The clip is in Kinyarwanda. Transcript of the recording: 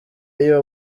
y’uwo